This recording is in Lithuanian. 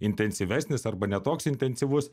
intensyvesnis arba ne toks intensyvus